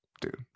Dude